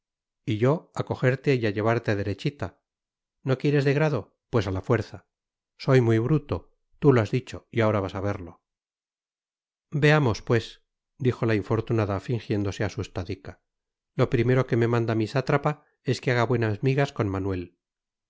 y yo a cogerte y a llevarte derechita no quieres de grado pues a la fuerza soy muy bruto tú lo has dicho y ahora vas a verlo veamos pues dijo la infortunada fingiéndose asustadica lo primero que me manda mi sátrapa es que haga buenas migas con manuel